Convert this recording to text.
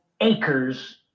acres